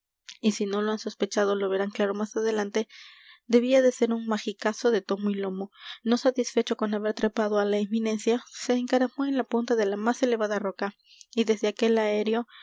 y si no lo han sospechado lo verán claro más adelante debía de ser un magicazo de tomo y lomo no satisfecho con haber trepado á la eminencia se encaramó en la punta de la más elevada roca y desde aquel aéreo